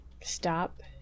stop